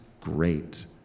great